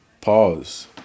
pause